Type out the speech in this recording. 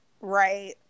Right